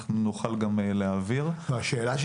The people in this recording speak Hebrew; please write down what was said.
נוכל להעביר את הדוגמאות.